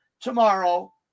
tomorrow